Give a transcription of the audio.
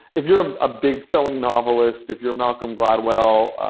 if you're um a big-selling novelist, if you're malcolm gladwell,